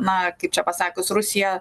na kaip čia pasakius rusija